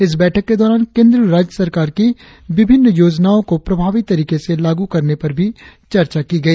इस बैठक के दौरान केंद्र और राज्य सरकार की विभिन्न योजनाओं को प्रभावी तरीके से लाग्र करने पर भी चर्चा की गई